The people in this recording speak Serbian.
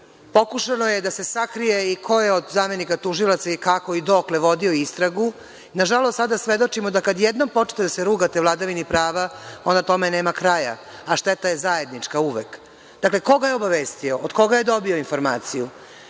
Pokušano je da se sakrije i ko je od zamenika tužilaca, i kako, i dokle, vodio istragu. Nažalost, sada svedočimo da kada jednom počnete da se rugate vladavini prava, onda tome nema kraja, a šteta je zajednička uvek. Dakle, ko ga je obavestio? Od koga je dobio informaciju?